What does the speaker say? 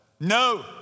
no